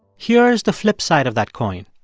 here's the flip side of that coin.